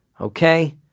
Okay